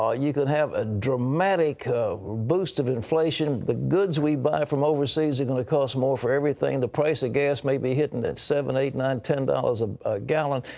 you can have a dramatic boost of inflation. the goods we buy from overseas are going to cost more for everything. the price of gas may be hitting at seven, eight, nine, ten dollars a gallon.